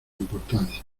importancia